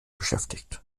beschäftigt